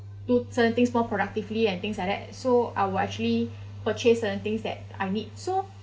put certain things more productively and things like that so I will actually purchase certain things that I need so